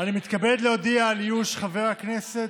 אני מתכבד להודיע על איוש חבר הכנסת,